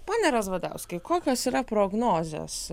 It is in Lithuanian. pone razvadauskai kokios yra prognozės